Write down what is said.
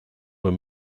were